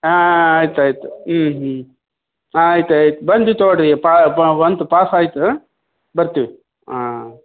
ಹಾಂ ಆಯ್ತು ಆಯಿತು ಹ್ಞೂ ಹ್ಞೂ ಆಯ್ತು ಆಯ್ತು ಬಂದು ತಗೊಳ್ಳಿ ರೀ ಪಾ ಬಂತು ಪಾಸ್ ಆಯಿತು ಬರ್ತೀವಿ ಆಂ